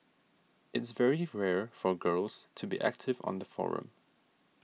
it's very rare for girls to be active on the forum